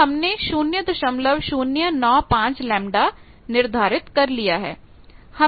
तो हमने 0095 लैम्ब्डा निर्धारित कर लिया है